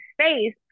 space